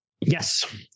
yes